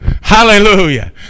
hallelujah